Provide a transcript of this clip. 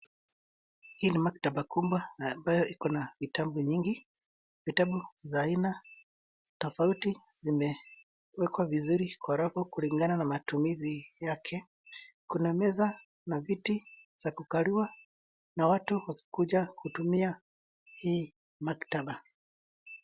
Hii ni maktaba kubwa na ambayo iko na vitabu nyingi. Vitabu za aina tofauti zimewekwa vizuri kwa rafu kulingana na matumizi yake. Kuna meza na viti za kukaliwa na watu wakikuja kutumia hii maktaba.